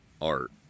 art